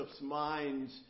minds